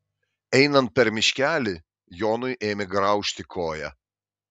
einant per miškelį jonui ėmė graužti koją